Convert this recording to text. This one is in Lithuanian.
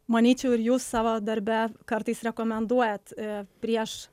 manyčiau ir jūs savo darbe kartais rekomenduojat prieš